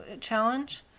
challenge